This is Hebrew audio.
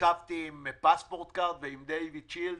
ישבתי עם פספורטכארד ועם דיוידשילד